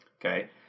okay